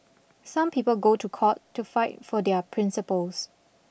some people go to court to fight for their principles